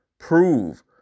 Prove